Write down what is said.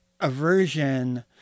aversion